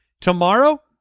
Tomorrow